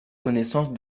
connaissance